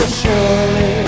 surely